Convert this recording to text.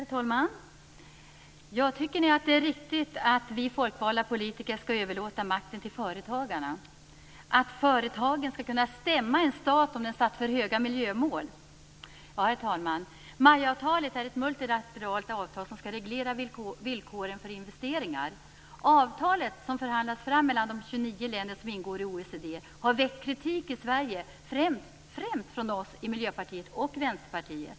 Herr talman! Tycker ni att det är riktigt att vi folkvalda politiker skall överlåta makten till företagarna? Skall företagen kunna stämma en stat om den satt för höga miljömål. Herr talman! MAI-avtalet är ett multilateralt avtal som skall reglera villkoren för investeringar. Avtalet, som förhandlats fram mellan de 29 länder som ingår i OECD, har väckt kritik i Sverige främst från oss i Miljöpartiet och Vänsterpartiet.